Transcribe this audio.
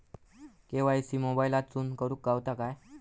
KYC मोबाईलातसून करुक गावता काय?